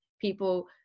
people